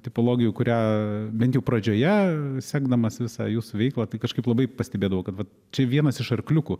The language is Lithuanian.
tipologijų kurią bent jau pradžioje sekdamas visą jūsų veiklą tai kažkaip labai pastebėdavau kad vat čia vienas iš arkliukų